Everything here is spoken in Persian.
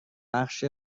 بخش